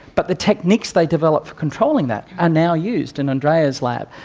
but the techniques they developed for controlling that are now used in andrea's lab,